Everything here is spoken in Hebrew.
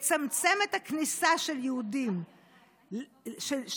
לצמצם את הכניסה של יהודים לבית הכנסת העתיק ביריחו,